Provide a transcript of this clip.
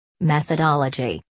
Methodology